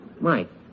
Mike